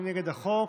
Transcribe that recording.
מי נגד החוק?